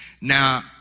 Now